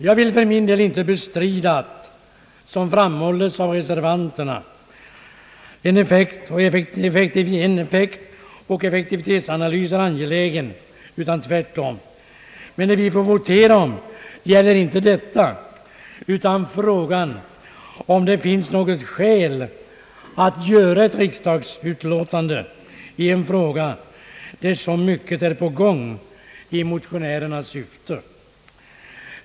Jag vill för min del inte bestrida att en effektivitetsanalys är angelägen, utan tvärtom. Vad vi får votera om är emellertid inte detta utan om huruvida det finns något skäl att göra ett riksdagsuttalande i en fråga, där så mycket är på gång i motionärernas syfte.